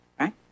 right